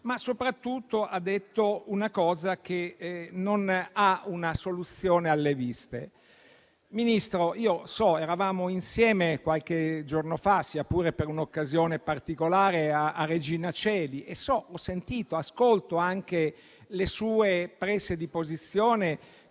ma soprattutto ha detto una cosa che non ha una soluzione alle viste. Ministro, eravamo insieme qualche giorno fa, sia pure per un'occasione particolare, al carcere Regina Coeli e ho ascoltato le sue prese di posizione